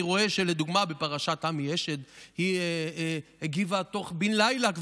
אני רואה שלדוגמה בפרשת עמי אשד היא הגיבה בן לילה,